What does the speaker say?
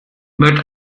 mit